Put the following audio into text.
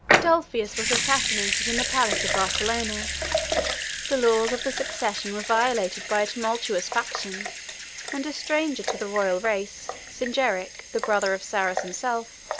adolphus was assassinated in the palace of barcelona the laws of the succession were violated by a tumultuous faction and a stranger to the royal race, singeric, the brother of sarus himself,